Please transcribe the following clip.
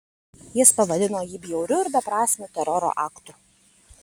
jis pavadino jį bjauriu ir beprasmiu teroro aktu